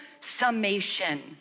summation